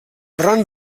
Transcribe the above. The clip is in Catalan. arran